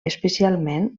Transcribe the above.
especialment